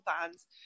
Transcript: fans